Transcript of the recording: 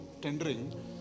tendering